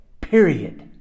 period